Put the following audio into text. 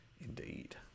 Indeed